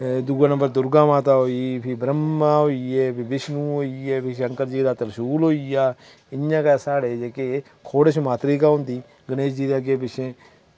दुए नंबर दुर्गा माता होई फ्ही ब्रहमा होई गे फ्ही विश्णु होई गे फ्ही शंकर जी दा त्रशुल होई गेआ इं'या गै साढ़े जेह्के खोड़ शमातरी गै होंदी गणेश जी दे अग्गें पिच्छें